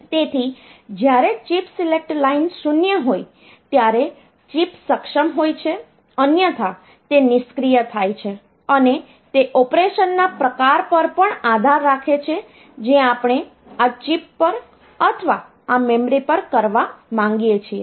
તેથી જ્યારે chip select line 0 હોય ત્યારે ચિપ સક્ષમ હોય છે અન્યથા તે નિષ્ક્રિય થાય છે અને તે ઓપરેશનના પ્રકાર પર પણ આધાર રાખે છે જે આપણે આ ચિપ પર અથવા આ મેમરી પર કરવા માંગીએ છીએ